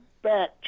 Back